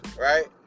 right